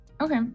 Okay